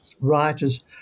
writers